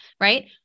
right